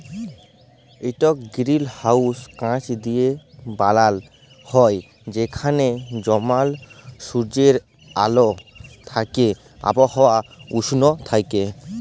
ইকট গিরিলহাউস কাঁচ দিঁয়ে বালাল হ্যয় যেখালে জমাল সুজ্জের আল থ্যাইকে আবহাওয়া উস্ল থ্যাইকে